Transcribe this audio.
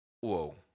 whoa